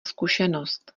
zkušenost